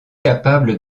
capable